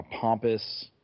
pompous